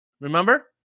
Remember